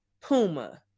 Puma